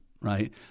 right